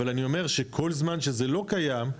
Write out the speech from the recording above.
אבל אני אומר שכל זמן שזה לא קיים,